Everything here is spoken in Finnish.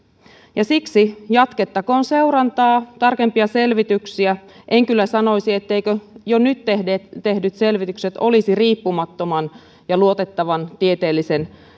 ja siksi jatkettakoon seurantaa tarkempia selvityksiä en kyllä sanoisi etteivätkö jo nyt tehdyt selvitykset olisi riippumattoman ja luotettavan tieteellisen